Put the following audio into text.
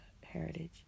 heritage